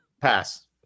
pass